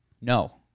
No